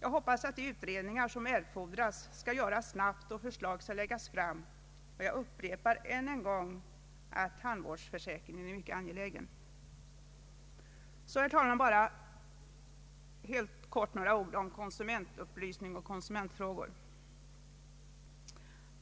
Jag hoppas att erforderliga utredningar skall göras snabbt och att förslag skall läggas fram. Jag upprepar än en gång att tandvårdsförsäkringen är mycket angelägen och brådskar. Så, herr talman, bara några ord om konsumentupplysning och konsumentfrågor.